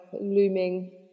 looming